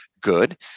good